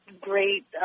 great